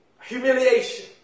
Humiliation